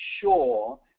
sure